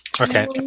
Okay